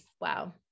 wow